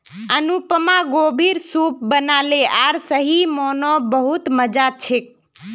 अनुपमा गोभीर सूप बनाले आर सही म न बहुत मजा छेक